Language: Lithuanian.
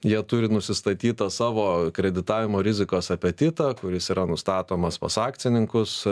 jie turi nusistatytą savo kreditavimo rizikos apetitą kuris yra nustatomas pas akcininkus